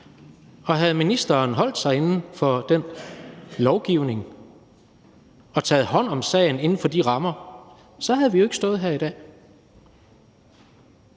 Og havde ministeren holdt sig inden for den lovgivning og taget hånd om sagen inden for de rammer, så havde vi jo ikke stået her i dag.